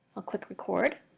i'll click record.